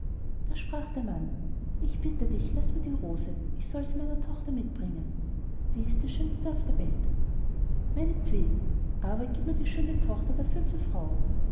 da sprach der mann ich bitt dich laß mir die rose ich soll sie meiner tochter mitbringen die ist die schönste auf der welt meinetwegen aber gieb mir die schöne tochter dafür zur frau